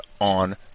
on